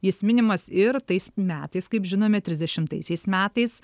jis minimas ir tais metais kaip žinome trisdešimtaisiais metais